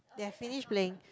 they have finish playing